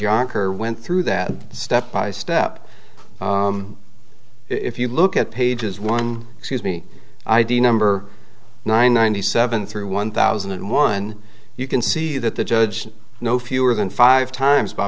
her went through that step by step if you look at pages one excuse me i did number nine ninety seven through one thousand and one you can see that the judge no fewer than five times by